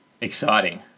exciting